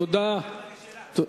תודה.